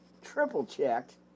triple-checked